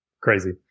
Crazy